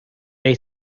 they